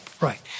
Right